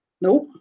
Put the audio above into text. Nope